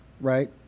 right